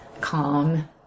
calm